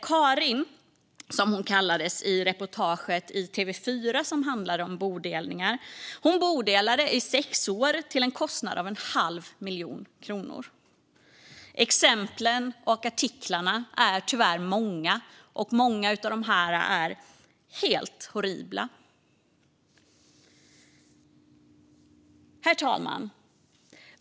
"Karin", som hon kallades i reportaget i TV4 som handlade om bodelningar, bodelade i sex år till en kostnad av en halv miljon kronor. Exemplen och artiklarna är tyvärr många, och många av dem är helt horribla. Herr talman!